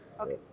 Okay